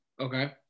Okay